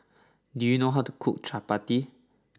do you know how to cook Chapati